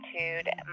attitude